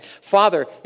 Father